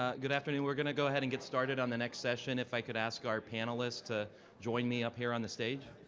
ah good afternoon, we're gonna go ahead and get started on the next session if i could ask our panelists to join me up here on the stage.